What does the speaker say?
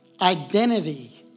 Identity